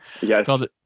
Yes